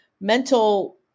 mental